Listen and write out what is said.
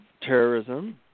terrorism